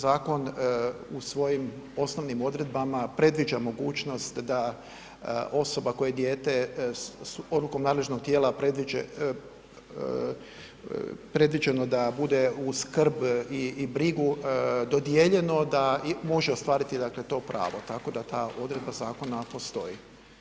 Zakon u svojim osnovnim odredbama predviđa mogućnost da osoba koja dijete, odlukom nadležnog tijela predviđeno da bude u skrb i brigu dodijeljeno, da može ostvariti dakle to pravo, tako da ta odredba zakona postoji.